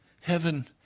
Heaven